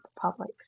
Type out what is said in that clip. public